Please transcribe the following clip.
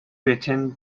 written